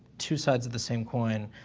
two sides of the same coin,